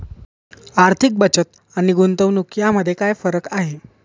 आर्थिक बचत आणि गुंतवणूक यामध्ये काय फरक आहे?